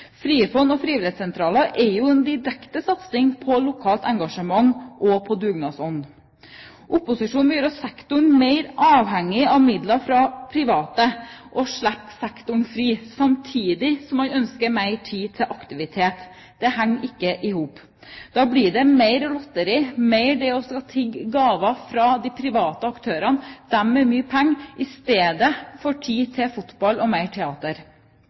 Frifond og frivillighetssentraler er jo en direkte satsing på lokalt engasjement og dugnadsånd. Opposisjonen vil gjøre sektoren mer avhengig av midler fra private og slippe sektoren fri, samtidig som man ønsker mer tid til aktivitet. Det henger ikke i hop. Da blir det mer lotteri, mer det å skulle tigge gaver fra de private aktørene, de med mye penger, istedenfor tid til fotball og mer teater.